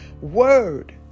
word